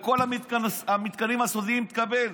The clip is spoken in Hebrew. בכל המתקנים הסודיים, תקבל.